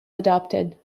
adopted